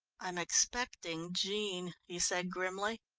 i'm expecting jean, he said grimly.